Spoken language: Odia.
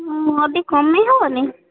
ହଁ ଆଉ ଟିକେ କମାଇ ହେବନି